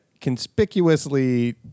conspicuously